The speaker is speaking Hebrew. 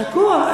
חכו.